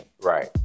Right